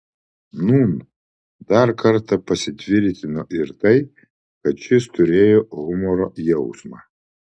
nūn dar kartą pasitvirtino ir tai kad šis turėjo humoro jausmą